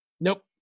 Nope